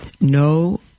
no